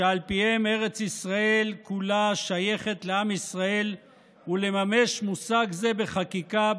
שעל פיהם ארץ ישראל כולה שייכת לעם ישראל ולממש מושג זה בחקיקה,